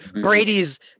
Brady's